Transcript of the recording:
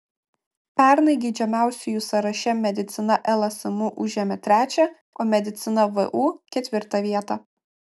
pernai geidžiamiausiųjų sąraše medicina lsmu užėmė trečią o medicina vu ketvirtą vietą